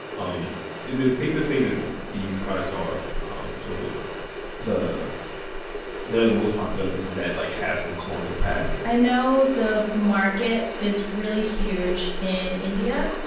um is it safe to say that these products are um sort of the most most popular in places that, like, have some colonial past? i know the market is really huge in india.